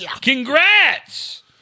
congrats